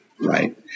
right